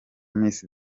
miss